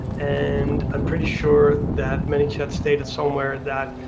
and i'm pretty sure that manychat stated somewhere that